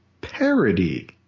parody